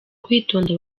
kwitonda